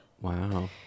Wow